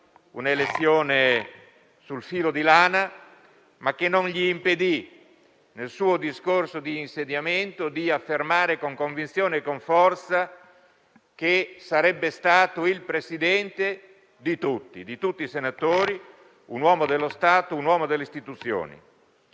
una elezione sul filo di lana che non gli impedì, nel suo discorso di insediamento, di affermare con convinzione e con forza che sarebbe stato il Presidente di tutti i senatori, un uomo dello Stato, un uomo delle istituzioni.